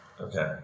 Okay